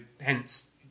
hence